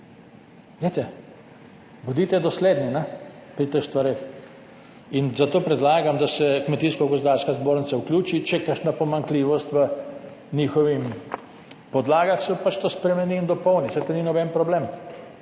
Glejte, bodite dosledni pri teh stvareh. In zato predlagam, da se Kmetijsko-gozdarska zbornica vključi, če je kakšna pomanjkljivost v njihovih podlagah, se pač to spremeni in dopolni, saj to ni noben problem,